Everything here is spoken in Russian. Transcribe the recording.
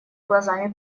глазами